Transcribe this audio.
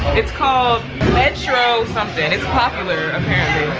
it's called metro something. it's popular apparently.